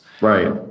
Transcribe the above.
right